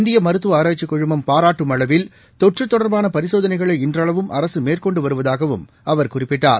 இந்திய மருத்துவ ஆராய்ச்சிக் குழுமம் பாரட்டும் அளவில் தொற்று கொடர்பான பரிசோதனைகளை இன்றளவும் அரசு மேற்கொண்டு வருவதாகவும் அவர் குறிப்பிட்டார்